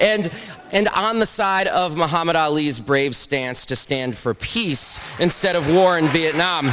and and i'm on the side of muhammad ali's brave stance to stand for peace instead of war in vietnam